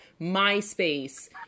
MySpace